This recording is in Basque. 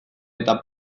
eta